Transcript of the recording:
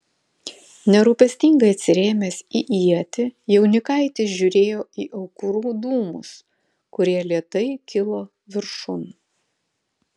nerūpestingai atsirėmęs į ietį jaunikaitis žiūrėjo į aukurų dūmus kurie lėtai kilo viršun